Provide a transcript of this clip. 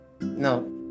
No